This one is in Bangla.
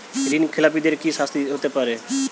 ঋণ খেলাপিদের কি শাস্তি হতে পারে?